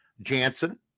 Jansen